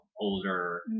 older